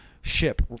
ship